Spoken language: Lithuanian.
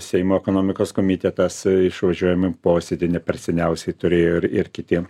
seimo ekonomikos komitetas išvažiuojamąjį posėdį neperseniausiai turėjo ir ir kiti